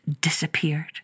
disappeared